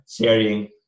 sharing